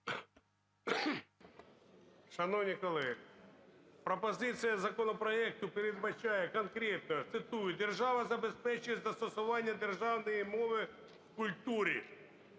Шановні колеги, пропозиція до законопроекту передбачає конкретно, цитую: "Держава забезпечує застосування державної мови в культурі".